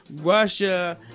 Russia